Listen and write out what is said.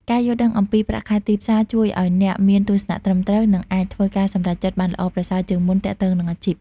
ការយល់ដឹងអំពីប្រាក់ខែទីផ្សារជួយឲ្យអ្នកមានទស្សនៈត្រឹមត្រូវ និងអាចធ្វើការសម្រេចចិត្តបានល្អប្រសើរជាងមុនទាក់ទងនឹងអាជីព។